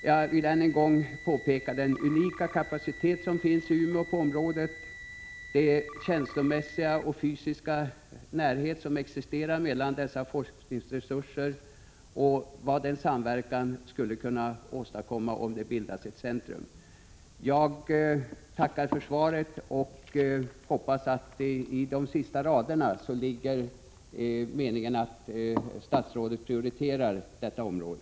Jag vill än en gång peka på den unika kapacitet på området som finns i Umeå, på den känslomässiga och fysiska närhet som existerar mellan dessa forskningsresurser och på vad en samverkan skulle kunna åstadkomma om det bildas ett centrum. Jag tackar för svaret och hoppas att de sista raderna innebär att statsrådet prioriterar detta område.